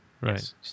Right